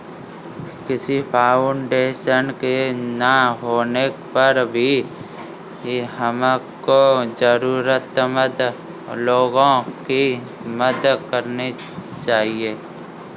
किसी फाउंडेशन के ना होने पर भी हमको जरूरतमंद लोगो की मदद करनी चाहिए